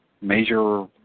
major